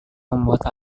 membuat